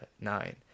nine